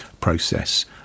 process